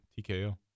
TKO